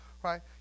Right